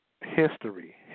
history